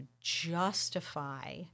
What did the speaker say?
justify